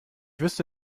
wüsste